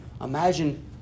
Imagine